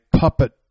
puppet